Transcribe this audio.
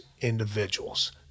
individuals